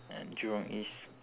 at jurong east